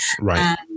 Right